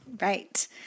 Right